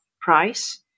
price